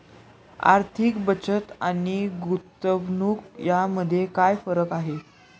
आर्थिक बचत आणि गुंतवणूक यामध्ये काय फरक आहे?